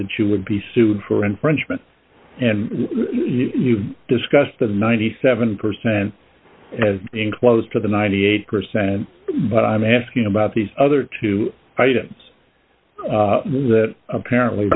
that you would be sued for infringement and you've discussed the ninety seven percent and in close to the ninety eight percent but i'm asking about these other two items that apparently